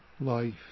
life